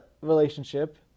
relationship